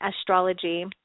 astrology